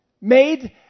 made